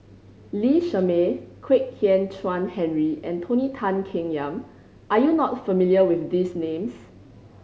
Lee Shermay Kwek Hian Chuan Henry and Tony Tan Keng Yam are you not familiar with these names